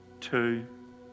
two